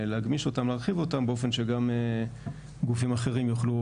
להגמיש אותם ולהרחיב אותם באופן שגם גופים אחרים יוכלו